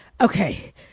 okay